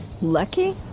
Lucky